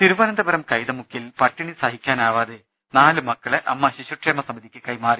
തിരുവനന്തപുരം കൈതമുക്കിൽ പട്ടിണി സഹിക്കാനാവാതെ നാലുമക്കളെ അമ്മ ശിശുക്ഷേമ സമിതിക്ക് കൈമാറി